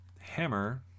Hammer